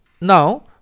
now